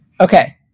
Okay